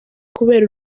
kubera